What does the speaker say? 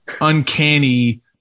uncanny